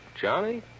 Johnny